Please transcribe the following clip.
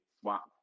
swap